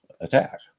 attack